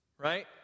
right